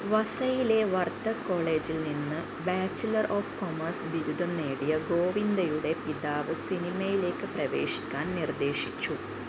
വസൈയിലെ വർത്തക് കോളേജിൽ നിന്ന് bachelor of commerce ബിരുദം നേടിയ ഗോവിന്ദയുടെ പിതാവ് സിനിമയിലേക്ക് പ്രവേശിക്കാൻ നിർദ്ദേശിച്ചു